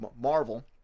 marvel